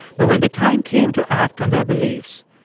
but when the time came to act on their beliefs,